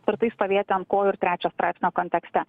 tvirtai stovėti ant kojų ir trečio straipsnio kontekste